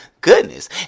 goodness